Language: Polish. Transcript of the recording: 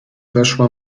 weszła